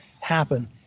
happen